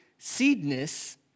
seedness